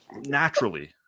naturally